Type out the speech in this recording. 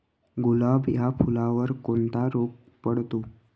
गुलाब या फुलावर कोणता रोग पडतो?